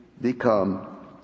become